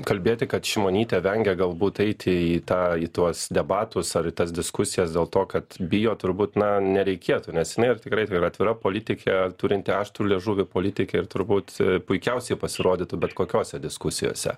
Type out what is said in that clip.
kalbėti kad šimonytė vengia galbūt eiti į tą į tuos debatus ar į tas diskusijas dėl to kad bijo turbūt na nereikėtų nes jinai yra tikrai atvira politikė turinti aštrų liežuvį politikė ir turbūt puikiausiai pasirodytų bet kokiose diskusijose